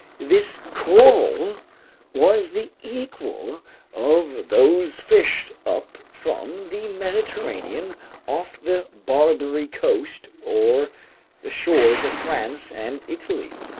this coral was the equal of those fished up from the mediterranean off the barbary coast or the shores of france and italy.